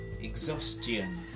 exhaustion